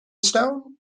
stone